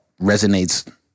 resonates